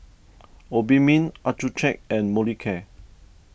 Obimin Accucheck and Molicare